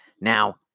Now